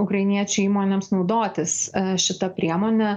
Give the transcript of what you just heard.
ukrainiečių įmonėms naudotis šita priemone